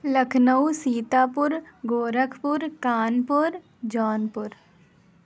Lucknow Sitapur Gorakhpur Kanpur Jaunpur